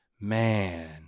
Man